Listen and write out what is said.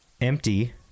empty